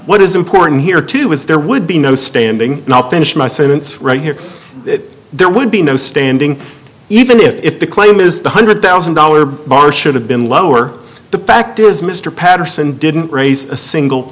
what is important here too was there would be no standing not finish my sentence right here there would be no standing even if the claim is the one hundred thousand dollar bar should have been lower the fact is mr patterson didn't raise a single